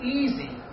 easy